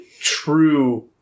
true